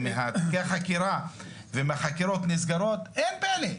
מתיקי החקירה נסגרים, אין פלא.